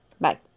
Bye